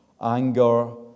anger